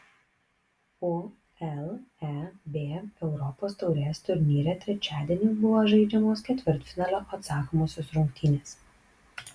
uleb europos taurės turnyre trečiadienį buvo žaidžiamos ketvirtfinalio atsakomosios rungtynės